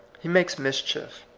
he makes mischief.